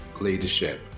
leadership